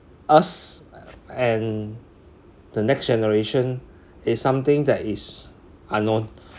us and the next generation is something that is unknown